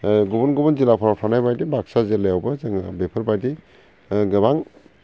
गुबुन गुबुन जिल्लाफोराव थानाय बायदि बाकसा जिल्लायावबो जोङो बेफोरबायदि गोबां